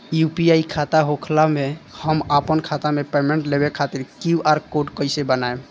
UPI खाता होखला मे हम आपन खाता मे पेमेंट लेवे खातिर क्यू.आर कोड कइसे बनाएम?